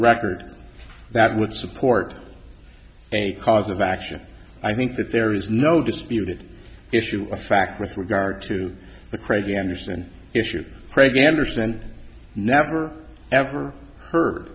record that would support a cause of action i think that there is no disputed issue of fact with regard to the craig anderson issue craig anderson never ever heard